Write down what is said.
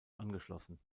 angeschlossen